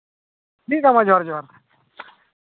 ᱴᱷᱤᱠᱼᱟ ᱢᱟ ᱡᱚᱦᱟᱨ ᱡᱚᱦᱟᱨ